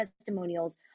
testimonials